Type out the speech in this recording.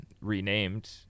renamed